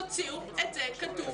תוציאו את זה כתוב,